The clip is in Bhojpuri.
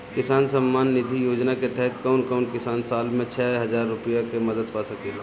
किसान सम्मान निधि योजना के तहत कउन कउन किसान साल में छह हजार रूपया के मदद पा सकेला?